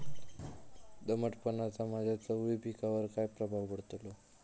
दमटपणाचा माझ्या चवळी पिकावर काय प्रभाव पडतलो?